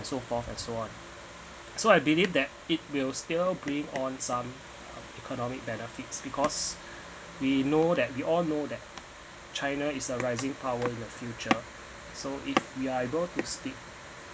so forth and so on so I believe that it will still be on some uh economic benefits because we know that we all know that china is a rising power in the future so if we are able to speak